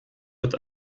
wird